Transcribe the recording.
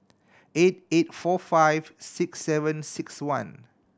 eight eight four five six seven six one